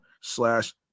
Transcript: slash